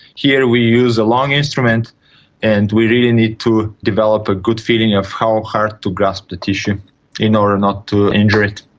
here we use a long instrument and we really need to develop a good feeling of how hard to grasp the tissue in order not to injure it.